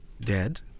dead